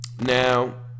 Now